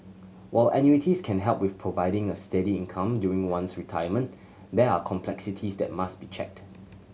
while annuities can help with providing a steady income during one's retirement there are complexities that must be checked